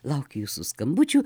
laukiu jūsų skambučių